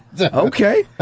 okay